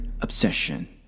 obsession